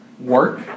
work